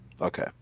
Okay